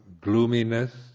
gloominess